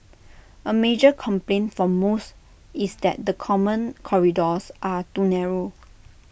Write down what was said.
A major complaint for most is that the common corridors are too narrow